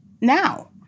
now